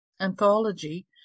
anthology